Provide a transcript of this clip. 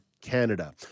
Canada